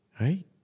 Right